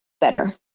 better